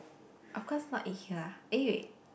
of course not eat here ah eh wait